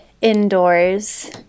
indoors